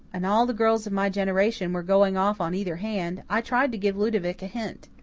and all the girls of my generation were going off on either hand, i tried to give ludovic a hint.